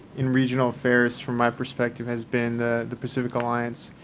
in regional affairs, from my perspective, has been the the pacific alliance.